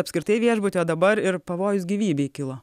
apskritai į viešbutį o dabar ir pavojus gyvybei kilo